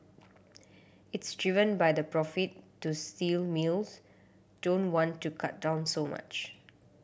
it's driven by the profit so steel mills don't want to cut down so much